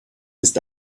ist